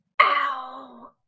Ow